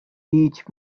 each